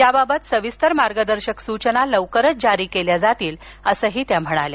याबाबत सविस्तर मार्गदर्शक सूचना लवकरच जारी केल्या जातील असंही त्या म्हणाल्या